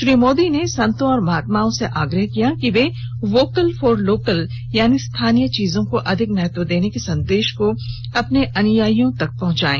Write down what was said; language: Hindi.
श्री मोदी ने संतों और महात्माओं से आग्रह किया कि वे वोकल फॉर लोकल यानी स्थानीय चीजों को अधिक महत्व देने के संदेश को अपने अनुयायियों तक पहुंचाएं